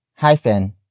Hyphen